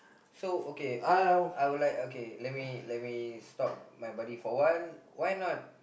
so okay I would like okay let me let me stop my buddy for a while why not